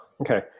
okay